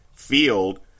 Field